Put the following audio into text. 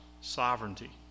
sovereignty